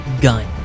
gun